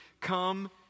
come